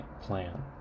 plan